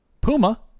Puma